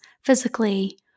physically